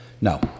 No